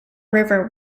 river